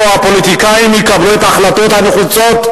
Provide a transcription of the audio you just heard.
או הפוליטיקאים יקבלו את ההחלטות הנחוצות,